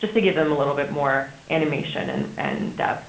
just to give them a little bit more animation and and depth.